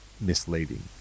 misleading